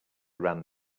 ran